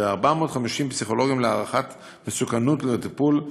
ו-450 פסיכולוגים להערכת מסוכנות לטיפול.